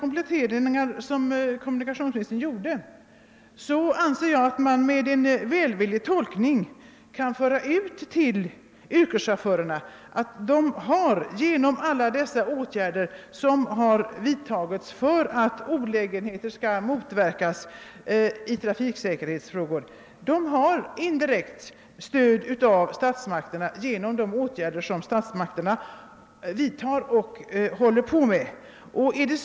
Men jag anser att man välvilligt kan tolka de kompletteringar som kommunikationsministern nu gjorde så, att yrkeschaufförerna får indirekt stöd av statsmakterna för de åtgärder som de vill vidtaga i detta avseende för att öka trafiksäkerheten.